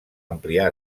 ampliar